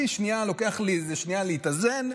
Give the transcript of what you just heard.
ולוקח לי איזה שנייה להתאזן,